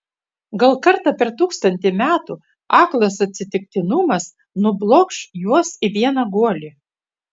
gal kartą per tūkstantį metų aklas atsitiktinumas nublokš juos į vieną guolį